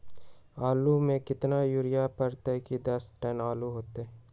आलु म केतना यूरिया परतई की दस टन आलु होतई?